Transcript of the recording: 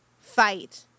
fight